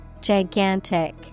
Gigantic